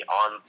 on